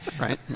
Right